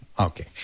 Okay